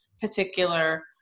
particular